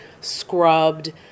scrubbed